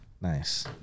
Nice